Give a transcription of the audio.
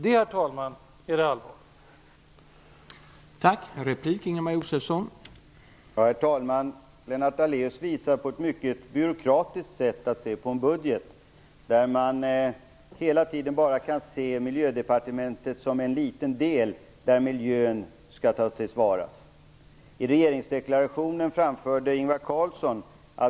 Det är det allvarliga, herr talman.